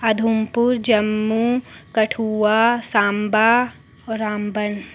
उधमपुर जम्मू कठुआ सांबा होर रामबन